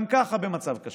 גם ככה במצב קשה,